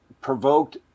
provoked